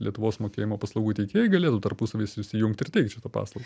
lietuvos mokėjimo paslaugų teikėjai galėtų tarpusavyje susijungt ir teikt šitą paslaugą